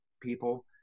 people